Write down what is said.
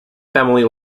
family